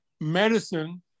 medicine